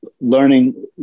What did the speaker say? learning